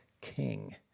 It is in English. king